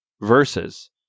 verses